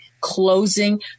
closing